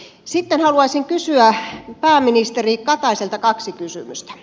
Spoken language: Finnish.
sitten haluaisin kysyä pääministeri kataiselta kaksi kysymystä